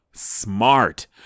smart